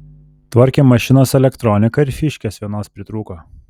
tvarkėm mašinos elektroniką ir fyškės vienos pritrūko